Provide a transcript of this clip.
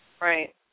Right